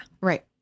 Right